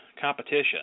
competition